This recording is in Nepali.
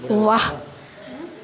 वाह